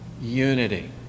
unity